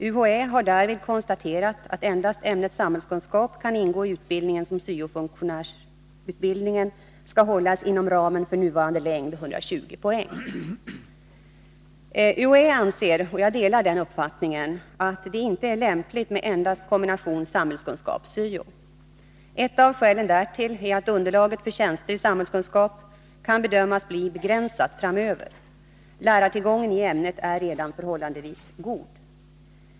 UHÄ har därvid konstaterat att endast ämnet samhällskunskap kan ingå i utbildningen, om UHÄ anser, och jag delar den uppfattningen, att det inte är lämpligt med endast kombinationen samhällskunskap-syo. Ett av skälen därtill är att underlaget för tjänster i samhällskunskap kan bedömas bli begränsat framöver. Lärartillgången i ämnet är redan nu förhållandevis god.